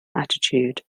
attitude